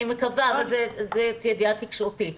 זאת ידיעה תקשורתית,